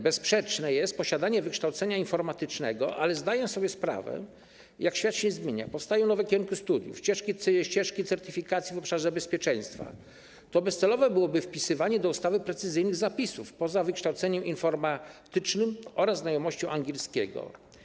Bezsprzeczne jest posiadanie wykształcenia informatycznego, ale zdaję sobie sprawę, jak świat się zmienia, powstają nowe kierunki studiów, ścieżki certyfikacji w obszarze bezpieczeństwa, więc bezcelowe byłoby wpisywanie do ustawy precyzyjnych zapisów poza wykształceniem informatycznym oraz znajomością angielskiego.